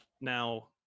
now